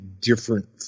different